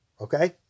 Okay